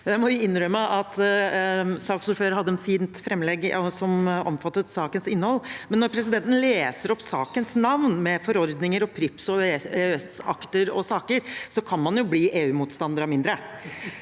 Jeg må innrømme at saksordføreren hadde et fint framlegg av hva som omfattet sakens innhold, men når presidenten leser opp sakens navn, med forordninger og PRIIPs og EØS-akter og -saker, kan man jo bli EUmotstander av mindre.